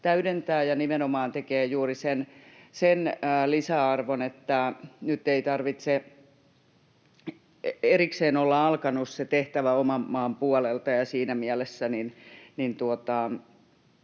täydentää ja nimenomaan tekee juuri sen lisäarvon, että nyt ei tarvitse erikseen olla alkanut se tehtävä oman maan puolella, ja siinä mielessä